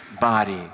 body